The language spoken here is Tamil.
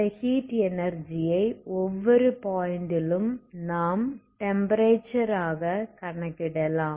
இந்த ஹீட் எனர்ஜி ஐ ஒவ்வொரு பாயிண்ட்லிலும் நாம் டெம்ப்பரேச்சர் ஆக கணக்கிடலாம்